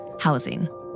housing